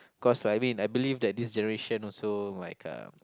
cause I mean I believe that this generation also like uh